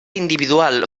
individual